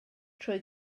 trwy